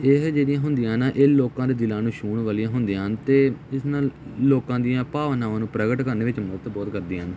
ਇਹ ਜਿਹੜੀਆਂ ਹੁੰਦੀਆਂ ਨਾ ਇਹ ਲੋਕਾਂ ਦੇ ਦਿਲਾਂ ਨੂੰ ਛੂਹਣ ਵਾਲੀਆਂ ਹੁੰਦੀਆਂ ਹਨ ਅਤੇ ਇਸ ਨਾਲ ਲੋਕਾਂ ਦੀਆਂ ਭਾਵਨਾਵਾਂ ਨੂੰ ਪ੍ਰਗਟ ਕਰਨ ਵਿੱਚ ਮਦਦ ਬਹੁਤ ਕਰਦੀਆਂ ਹਨ